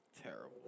Terrible